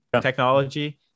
technology